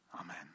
amen